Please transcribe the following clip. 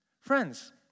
Friends